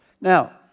Now